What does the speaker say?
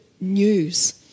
news